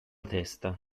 testa